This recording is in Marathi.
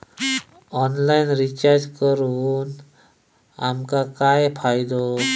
ऑनलाइन रिचार्ज करून आमका काय फायदो?